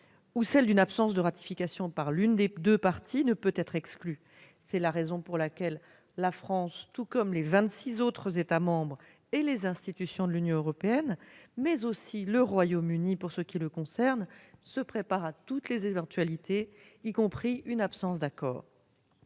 ou celle d'une absence de ratification par l'une des deux parties, ne peut être exclue. C'est la raison pour laquelle la France, tout comme les vingt-six autres États membres et les institutions de l'Union européenne, mais aussi le Royaume-Uni, pour ce qui le concerne, se prépare à toutes les éventualités, y compris une absence d'accord.